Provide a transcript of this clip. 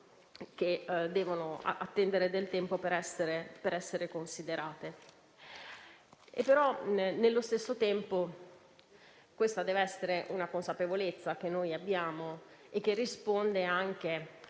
che devono attendere del tempo per essere considerate. Nello stesso tempo, questa dev'essere una consapevolezza che abbiamo e che risponde anche